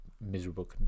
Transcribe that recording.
miserable